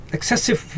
Excessive